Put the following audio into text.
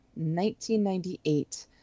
1998